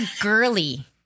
girly